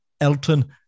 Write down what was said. Elton